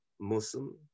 Muslim